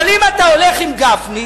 אבל אם אתה הולך עם גפני,